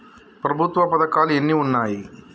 ప్రభుత్వ పథకాలు ఎన్ని ఉన్నాయి?